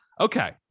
Okay